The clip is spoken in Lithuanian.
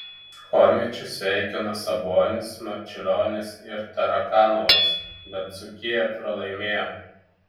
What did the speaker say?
chomičių sveikino sabonis marčiulionis ir tarakanovas bet dzūkija pralaimėjo